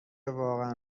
واقعا